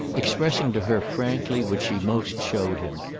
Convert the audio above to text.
expressing to her frankly what she most showed him,